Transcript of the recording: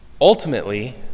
Ultimately